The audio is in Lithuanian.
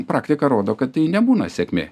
praktika rodo kad tai nebūna sėkmė